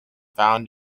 found